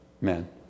men